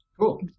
Cool